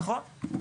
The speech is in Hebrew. נכון.